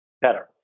better